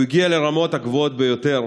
והוא הגיע לרמות הגבוהות ביותר